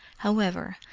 however,